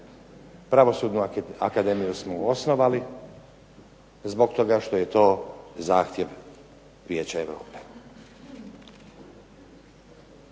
Pravosudnu akademiju smo osnovali zbog toga što je to zahtjev Vijeća Europe.